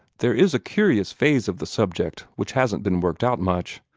there is a curious phase of the subject which hasn't been worked out much,